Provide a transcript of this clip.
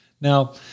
Now